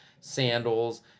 sandals